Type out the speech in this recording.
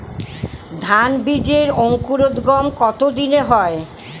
ধান বীজের অঙ্কুরোদগম কত দিনে হয়?